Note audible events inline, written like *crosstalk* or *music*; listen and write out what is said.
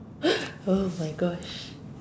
*noise* !oh-my-gosh!